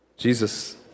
Jesus